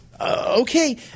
Okay